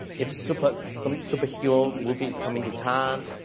if so but some superhero movie is coming to town,